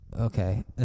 Okay